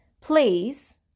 Please